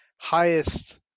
highest